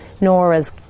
Nora's